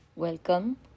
Welcome